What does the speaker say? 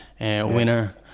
Winner